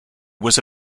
was